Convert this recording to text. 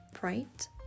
bright